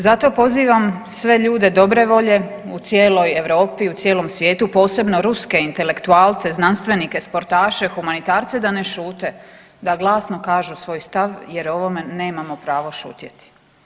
Zato pozivam sve ljude dobre volje, u cijeloj Europi i u cijelom svijetu, posebno ruske intelektualce, znanstvenike, sportaše, humanitarce da ne šute da glasno kažu svoj stav jer o ovome nemamo pravo šutjeti.